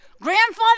Grandfather